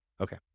Okay